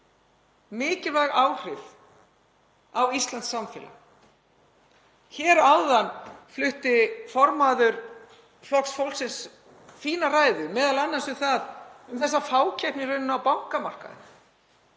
mikilvæg áhrif á íslenskt samfélag. Hér áðan flutti formaður Flokks fólksins fína ræðu, m.a. um þessa fákeppni á bankamarkaði.